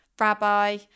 Rabbi